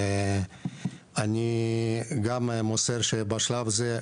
ואני גם מוסר שבשלב זה,